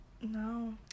No